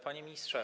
Panie Ministrze!